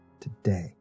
today